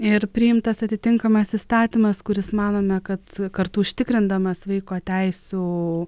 ir priimtas atitinkamas įstatymas kuris manome kad kartu užtikrindamas vaiko teisių